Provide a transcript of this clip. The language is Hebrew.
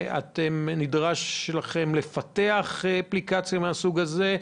נדרש לכם כדי לפתח אפליקציה מהסוג הזה?